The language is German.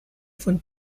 von